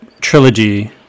trilogy